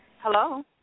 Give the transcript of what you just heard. Hello